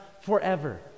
forever